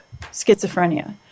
schizophrenia